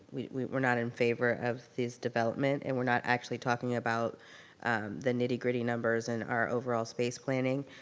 we're we're not in favor of this development and we're not actually talking about the nitty gritty numbers and our overall space planning,